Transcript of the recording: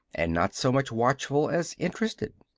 and not so much watchful as interested.